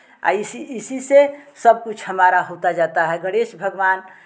आ इसी इसी से सब कुछ हमारा होता जाता है गणेश भगवान